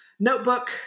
Notebook